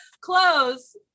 Close